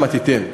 שם תיתן.